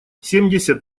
семьдесят